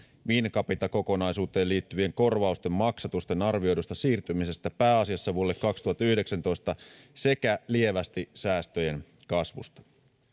wincapita kokonaisuuteen liittyvien korvausten maksatusten arvioidusta siirtymisestä pääasiassa vuodelle kaksituhattayhdeksäntoista sekä lievästi säästöjen kasvusta